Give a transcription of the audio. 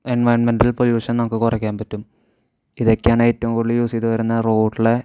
environmental pollution നമുക്ക് കുറക്കാൻ പറ്റും ഇതൊക്കെയാണ് ഏറ്റവും കൂടുതൽ യൂസ് ചെയ്തുവരുന്ന റോട്ടിലെ